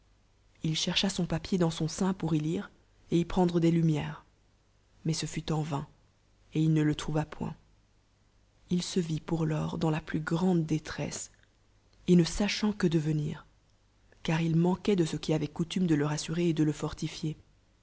il chercha son papier dans son sein pour y lire et y prendre dee lumières mais ce fut en vain et il ne le trouva point il se rit pour lors dans la plus grande détrelle et ne sacheb que devenir car il manquait de ce qui avoit coutume de le rassurer et de le fortifier